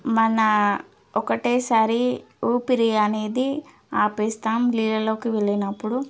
మన ఒక్కటేసారి ఊపిరి అనేది ఆపేస్తాం నీళ్ళలోకి వెళ్ళినప్పుడు